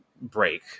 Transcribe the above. break